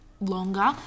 longer